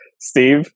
Steve